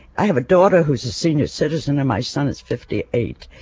i have a daughter who's a senior citizen and my son is fifty eight.